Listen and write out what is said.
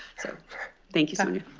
so thank you, sonja.